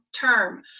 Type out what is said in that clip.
term